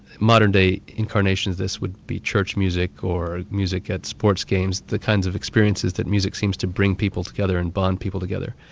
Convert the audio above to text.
modern-day incarnations of this would be church music, or music at sports games, the kinds of experiences that music seems to bring people together and bond people together.